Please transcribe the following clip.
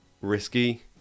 risky